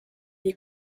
est